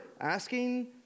asking